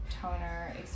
toner